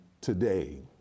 today